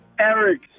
Eric